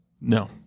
No